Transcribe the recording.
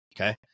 okay